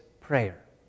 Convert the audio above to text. prayer